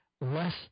less